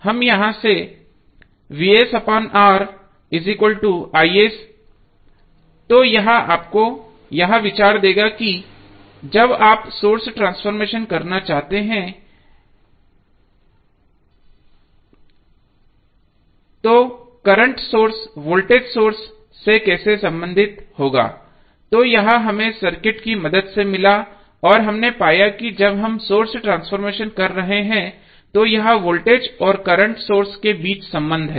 हम यहां से तो यह आपको यह विचार देगा कि जब आप सोर्स ट्रांसफॉर्मेशन करना चाहते हैं तो करंट सोर्स वोल्टेज सोर्स से कैसे संबंधित होगा तो यह हमें सर्किट की मदद से मिला और अब हमने पाया कि जब हम सोर्स ट्रांसफॉर्मेशन कर रहे हैं तो यह वोल्टेज और करंट सोर्स के बीच संबंध है